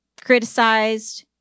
criticized